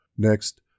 Next